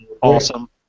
Awesome